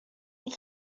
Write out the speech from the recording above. این